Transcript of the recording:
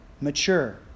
mature